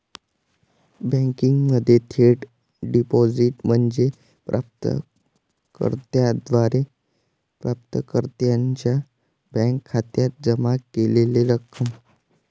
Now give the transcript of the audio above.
बँकिंगमध्ये थेट डिपॉझिट म्हणजे प्राप्त कर्त्याद्वारे प्राप्तकर्त्याच्या बँक खात्यात जमा केलेली रक्कम